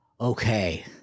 Okay